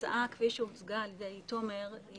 אני רוצה רק להבהיר שההצעה כפי שהוצגה על ידי תומר לא